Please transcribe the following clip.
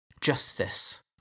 justice